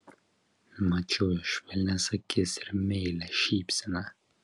mačiau jo švelnias akis ir meilią šypseną